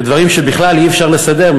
כדברים שבכלל אי-אפשר לסדר,